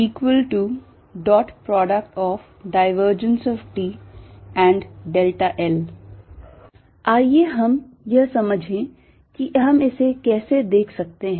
T2 T1∂T∂xx∂T∂yy∂T∂zzTl आइए हम यह समझें कि हम इसे कैसे देख सकते हैं